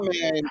man